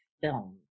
film